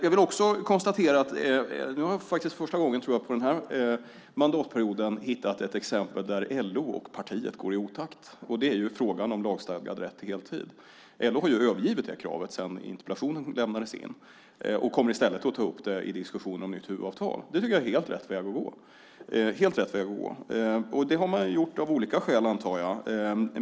Jag konstaterar också att vi nu för första gången under den här mandatperioden hittar ett exempel på en fråga där LO och partiet går i otakt. Det gäller frågan om lagstadgad rätt till heltid. LO har övergivit det kravet sedan interpellationen lämnades in. Man kommer i stället att ta upp det i diskussionen om nytt huvudavtal. Det tycker jag är helt rätt väg att gå. Detta har man väl gjort av olika skäl, antar jag.